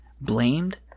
blamed